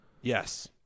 Yes